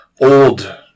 old